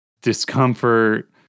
discomfort